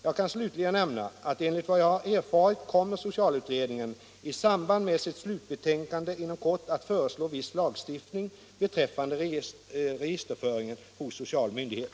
Jag kan slutligen nämna att enligt vad jag har erfarit kommer socialutredningen i samband med sitt slutbetänkande inom kort att föreslå viss lagstiftning beträffande registerföringen hos social myndighet.